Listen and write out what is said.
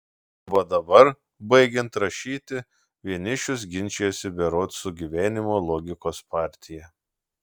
va dabar baigiant rašyti vienišius ginčijasi berods su gyvenimo logikos partija